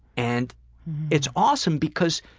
and it's awesome because